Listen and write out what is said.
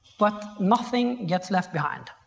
but nothing gets left behind.